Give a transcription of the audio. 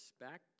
respect